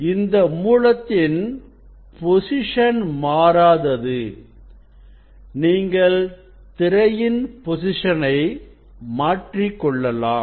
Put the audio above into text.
இதற்கு மூலத்தின் பொசிஷன் மாறாதது நீங்கள் திரையின் பொசிஷனை மாற்றிக்கொள்ளலாம்